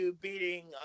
beating